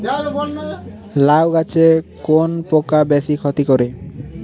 লাউ গাছে কোন পোকা বেশি ক্ষতি করে?